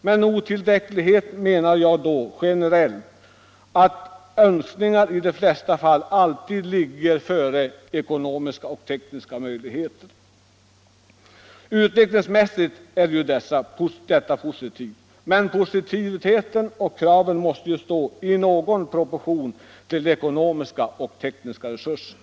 Med otillräckliga menar jag då generellt att önskningarna i de flesta fall ligger före ekonomiska och tekniska möjligheter. Utvecklingsmässigt är ju detta positivt, men de krav som framställs måste ju stå i någon proportion till ekonomiska och tekniska resurser.